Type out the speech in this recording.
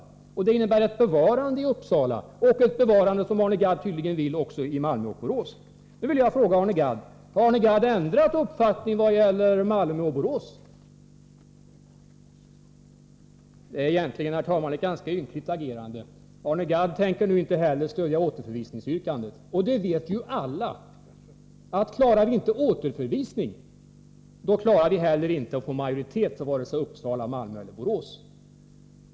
Det skulle innebära ett bevarande av utbildningen i Uppsala, ett bevarande som Arne Gadd tydligen vill skall gälla även utbildningarna i Malmö och Borås. Herr talman! Det är egentligen ett ganska ynkligt agerande. Arne Gadd tänker nu inte heller stödja återförvisningsyrkandet. Alla vet ju att om vi inte klarar av att få en återförvisning av ärendet, då klarar vi inte heller att få majoritet för ett bevarande av utbildningarna i vare sig Uppsala, Malmö eller Borås.